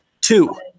Two